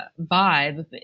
vibe